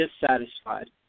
dissatisfied